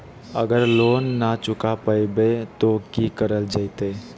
अगर लोन न चुका पैबे तो की करल जयते?